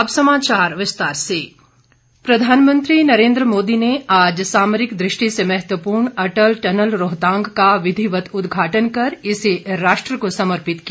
अटल tunnel प्रधानमंत्री नरेन्द्र मोदी ने आज सामरिक दृष्टि से महत्वपूर्ण अटल टनल रोहतांग का विधिवत उद्घाटन कर इसे राष्ट्र को समर्पित किया